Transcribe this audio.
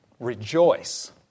Rejoice